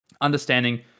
understanding